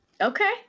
Okay